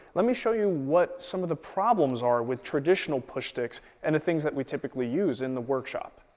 let me show you what some of the problems are with traditional push sticks and the things that we typically use in the workshop.